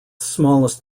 smallest